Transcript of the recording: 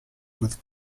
with